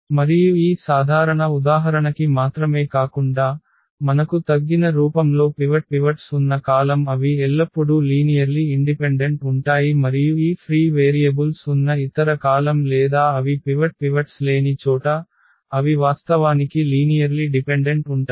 మరియు ఈ సాధారణ ఉదాహరణకి మాత్రమే కాకుండా మనకు తగ్గిన రూపంలో పివట్స్ ఉన్న కాలమ్ అవి ఎల్లప్పుడూ లీనియర్లి ఇండిపెండెంట్ ఉంటాయి మరియు ఈ ఫ్రీ వేరియబుల్స్ ఉన్న ఇతర కాలమ్ లేదా అవి పివట్స్ లేని చోట అవి వాస్తవానికి లీనియర్లి డిపెండెంట్ ఉంటాయి